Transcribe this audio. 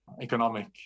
economic